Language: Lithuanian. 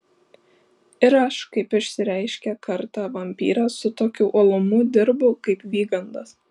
ir aš kaip išsireiškė kartą vampyras su tokiu uolumu dirbu kaip vygandas